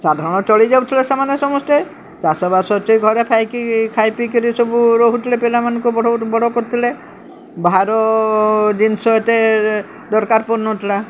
ସାଧାରଣ ଚଳିଯାଉଥିଲେ ସେମାନେ ସମସ୍ତେ ଚାଷବାସଠି ଘରେ ଖାଇକି ଖାଇ ପିଇିକରି ସବୁ ରହୁଥିଲେ ପିଲାମାନଙ୍କୁ ବଡ଼ ବଡ଼ କରୁଥିଲେ ବାହାର ଜିନିଷ ଏତେ ଦରକାର ପଡ଼ୁନଥିଲା